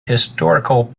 historical